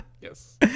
Yes